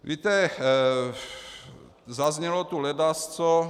Víte, zaznělo tu ledacos.